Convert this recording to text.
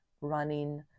running